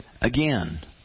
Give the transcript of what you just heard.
again